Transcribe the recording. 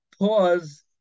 pause